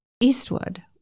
Eastwood